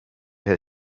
her